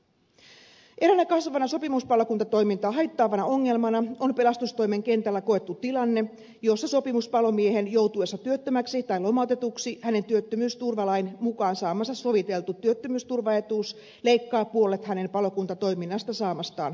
eräänä kasvavana sopimuspalokuntatoimintaa haittaavana ongelmana on pelastustoimen kentällä koettu tilanne jossa sopimuspalomiehen joutuessa työttömäksi tai lomautetuksi hänen työttömyysturvalain mukaan saamansa soviteltu työttömyysturvaetuus leikkaa puolet hänen palokuntatoiminnasta saamastaan korvauksesta